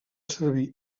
servir